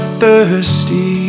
thirsty